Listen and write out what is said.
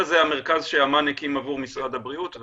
זה המרכז שאמ"ן הקים עבור משרד הבריאות.